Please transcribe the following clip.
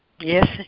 Yes